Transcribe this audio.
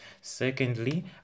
Secondly